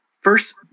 First